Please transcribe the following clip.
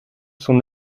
son